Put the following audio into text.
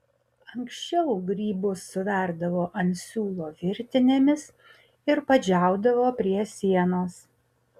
anksčiau grybus suverdavo ant siūlo virtinėmis ir padžiaudavo prie sienos